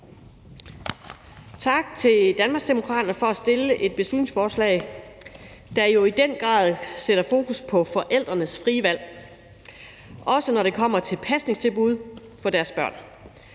tak til Danmarksdemokraterne for at stille et beslutningsforslag, der jo i den grad sætter fokus på forældrenes frie valg, også når det kommer til pasningstilbud til deres børn.